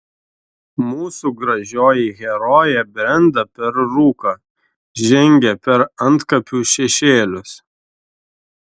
mūsų gražioji herojė brenda per rūką žengia per antkapių šešėlius